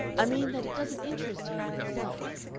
i mean that it doesn't interest you in itself.